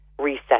reset